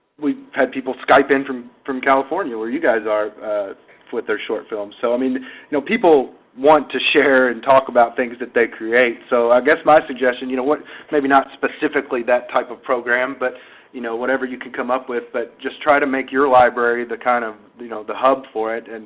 we've had people skype in from from california where you guys are with their short films. so i mean people want to share and talk about things that they create. so i guess my suggestion, you know maybe not specifically that type of program, but you know whatever you can come up with. but just try to make your library the kind of you know the hub for it, and